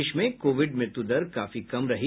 देश में कोविड मृत्यु दर काफी कम रही